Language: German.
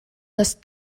das